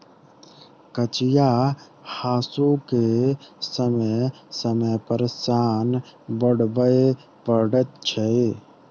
कचिया हासूकेँ समय समय पर सान चढ़बय पड़ैत छै